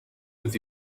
with